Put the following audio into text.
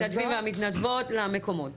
המתנדבים והמתנדבות למקומות.